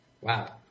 Wow